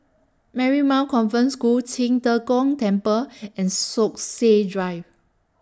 Marymount Convent School Qing De Gong Temple and Stokesay Drive